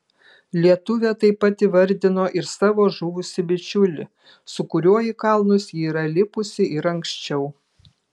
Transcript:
lietuvė taip pat įvardino ir savo žuvusį bičiulį su kuriuo į kalnus ji yra lipusi ir anksčiau